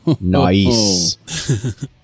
Nice